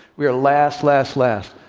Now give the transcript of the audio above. we are last, last, last.